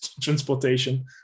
transportation